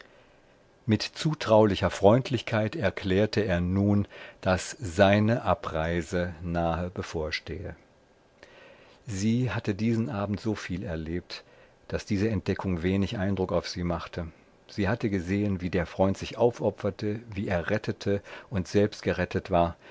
mit zutraulicher freundlichkeit erklärte er nun daß seine abreise nahe bevorstehe sie hatte diesen abend so viel erlebt daß diese entdeckung wenig eindruck auf sie machte sie hatte gesehen wie der freund sich aufopferte wie er rettete und selbst gerettet war